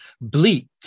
bleak